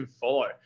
follow